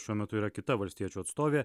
šiuo metu yra kita valstiečių atstovė